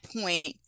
point